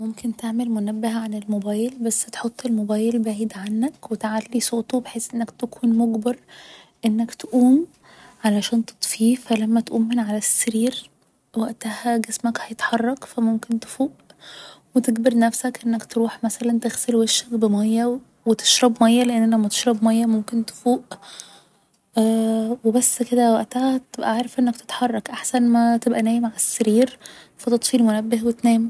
ممكن تعمل منبه على الموبايل بس تحط الموبايل بعيد عنك و تعلي صوته بحيث انك تكون مجبر انك تقوم علشان تطفيه فلما تقوم من على السرير وقتها جسمك هيتحرك فممكن تفوق و تجبر نفسك انك تروح مثلا تغسل وشك بمياه و تشرب مياه لان لما تشرب مياه ممكن تفوق و بس كده وقتها هتبقى عارف انك تتحرك احسن ما تبقى نايم على السرير فتطفي المنبه و تنام